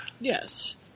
yes